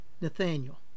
Nathaniel